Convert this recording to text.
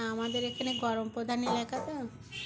আমাদের এখানে গরম প্রধান এলাকা তো